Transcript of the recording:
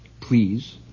please